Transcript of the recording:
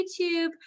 youtube